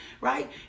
right